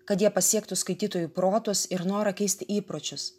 kad jie pasiektų skaitytojų protus ir norą keist įpročius